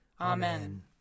Amen